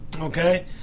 okay